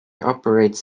operates